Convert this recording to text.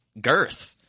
Girth